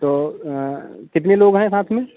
तो कितने लोग हैं साथ में